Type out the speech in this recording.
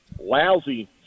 lousy